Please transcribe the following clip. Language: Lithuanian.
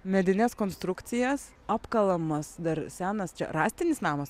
medines konstrukcijas apkalamas dar senas rąstinis namas